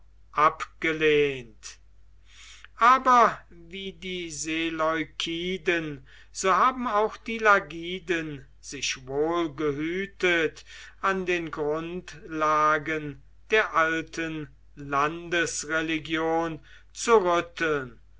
abgelehnt aber wie die seleukiden so haben auch die lagiden sich wohl gehütet an den grundlagen der alten landesreligion zu rütteln